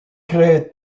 créé